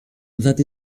that